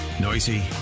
Noisy